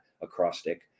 acrostic